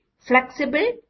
Flexible